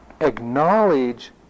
acknowledge